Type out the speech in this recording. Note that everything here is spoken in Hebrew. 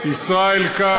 מכובדי שר התחבורה ישראל כץ,